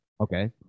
Okay